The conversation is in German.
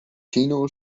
tino